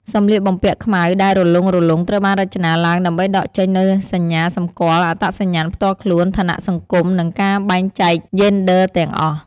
សម្លៀកបំពាក់ខ្មៅដែលរលុងៗត្រូវបានរចនាឡើងដើម្បីដកចេញនូវសញ្ញាសម្គាល់អត្តសញ្ញាណផ្ទាល់ខ្លួន ឋានៈសង្គម និងការបែងចែកយេនឌ័រទាំងអស់។